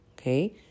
okay